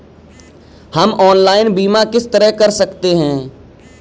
हम ऑनलाइन बीमा किस तरह कर सकते हैं?